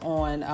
on